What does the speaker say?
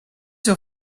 your